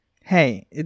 Hey